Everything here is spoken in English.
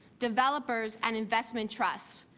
developers and investment trusts.